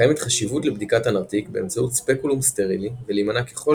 קיימת חשיבות לבדיקת הנרתיק באמצעות ספקולום סטרילי ולהימנע ככל